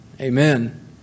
Amen